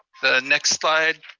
the next slide.